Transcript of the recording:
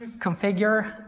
configure,